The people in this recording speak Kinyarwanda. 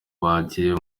bagiye